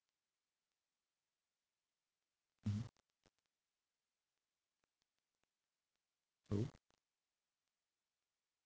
mmhmm so